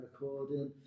recording